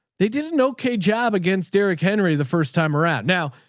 they didn't know k job against derek henry. the first time around now,